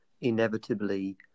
inevitably